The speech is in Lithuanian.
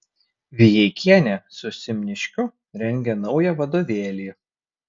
vijeikienė su simniškiu rengia naują vadovėlį